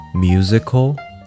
Musical